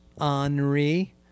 Henri